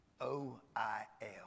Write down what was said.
O-I-L